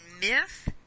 myth